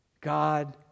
God